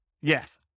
Yes